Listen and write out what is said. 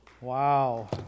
Wow